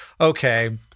okay—